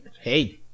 Hey